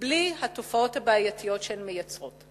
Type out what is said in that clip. בלי התופעות הבעייתיות שהן מייצרות.